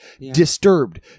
Disturbed